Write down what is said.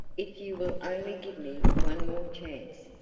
if you will only give me one more chance.